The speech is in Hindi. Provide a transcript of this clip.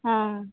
हाँ